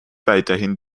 weiterhin